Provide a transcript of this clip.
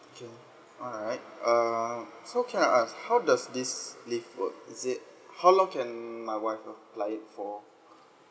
okay alright uh so can I ask how does this leave work is it how long can my wife apply it for